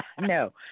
No